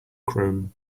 chrome